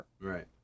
Right